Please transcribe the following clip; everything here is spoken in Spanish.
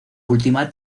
última